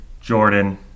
Jordan